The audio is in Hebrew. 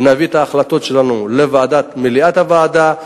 ונביא את ההחלטות שלנו למליאת הוועדה.